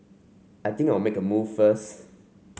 I think I'll make a move first